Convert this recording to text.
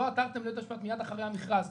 לא עתרתם לבית המשפט מיד אחרי המכרז,